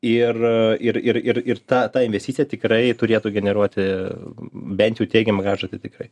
ir ir ir ir ta ta investicija tikrai turėtų generuoti bent jau teigiamą grąžą tai tikrai